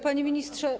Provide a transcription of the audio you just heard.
Panie Ministrze!